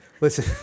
listen